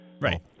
Right